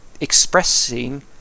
expressing